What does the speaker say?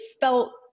felt